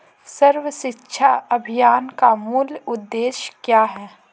सर्व शिक्षा अभियान का मूल उद्देश्य क्या है?